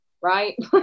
right